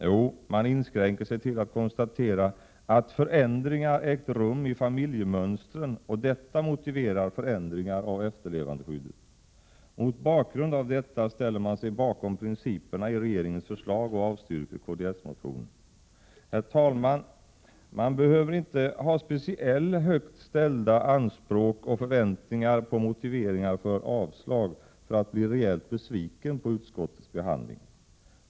Jo, man inskränker sig till att konstatera att förändringar ägt rum i familjemönstren och att detta motiverar förändringar av efterlevandeskyddet. Mot bakgrund av detta ställer man sig bakom principerna i regeringens förslag och avstyrker kds-motionen. Herr talman! Man behöver inte ha speciellt högt ställda anspråk och förväntningar på motiveringar för avslag, för att bli rejält besviken på utskottets behandling.